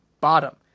bottom